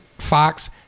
fox